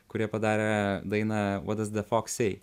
kurie padarė dainą what does the fox say